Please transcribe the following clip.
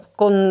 con